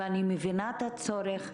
ואני מבינה את הצורך.